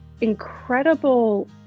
incredible